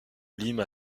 limes